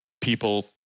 people